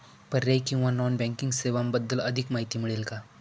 पर्यायी किंवा non banking सेवांबद्दल अधिक माहिती मिळेल का?